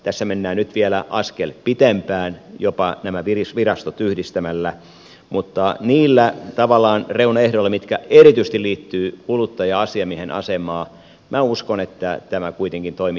tässä mennään nyt vielä askel pitempään jopa nämä virastot yhdistämällä mutta niillä tavallaan reunaehdoilla mitkä erityisesti liittyvät kuluttaja asiamiehen asemaan minä uskon että tämä kuitenkin toimii